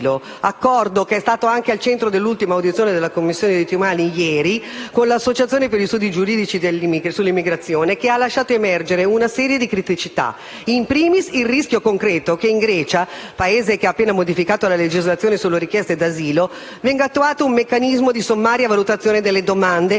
L'accordo, che è stato anche al centro dell'ultima audizione in Commissione per i diritti umani di ieri dell'Associazione per gli studi giuridici sull'immigrazione, che ha lasciato emergere una serie di criticità: *in primis* il rischio concreto che in Grecia - Paese che ha appena modificato la legislazione sulle richieste d'asilo - venga attuato un meccanismo di sommaria valutazione delle domande,